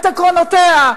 את עקרונותיה,